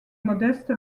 modeste